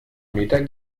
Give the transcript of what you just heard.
meter